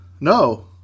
No